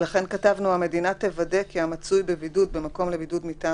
ולכן כתבנו: "המדינה תוודא כי המצוי בבידוד במקום לבידוד מטעם